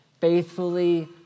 faithfully